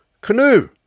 canoe